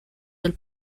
del